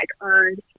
earned